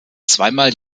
zweimal